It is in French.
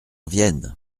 vienne